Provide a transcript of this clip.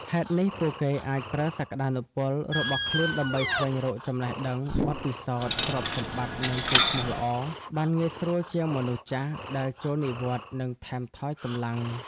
ហេតុនេះ ពួកគេអាចប្រើសក្ដានុពលរបស់ខ្លួនដើម្បីស្វែងរកចំណេះដឹង បទពិសោធន៍ ទ្រព្យសម្បត្តិ និងកេរ្ដិ៍ឈ្មោះល្អ បានងាយស្រួលជាងមនុស្សចាស់ដែលចូលនិវត្តន៍និងថមថយកម្លាំង។